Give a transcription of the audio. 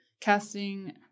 casting